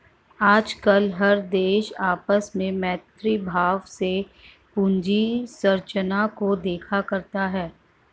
आजकल हर देश आपस में मैत्री भाव से पूंजी संरचना को देखा करता है